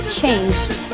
changed